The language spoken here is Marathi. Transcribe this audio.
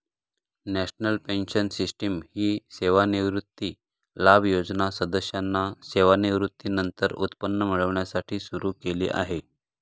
नॅशनल पेन्शन सिस्टीम ही सेवानिवृत्ती लाभ योजना सदस्यांना सेवानिवृत्तीनंतर उत्पन्न मिळण्यासाठी सुरू केली आहे